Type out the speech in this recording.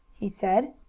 he said.